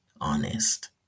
honest